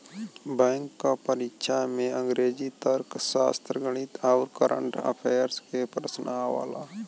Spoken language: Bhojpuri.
बैंक क परीक्षा में अंग्रेजी, तर्कशास्त्र, गणित आउर कंरट अफेयर्स के प्रश्न आवला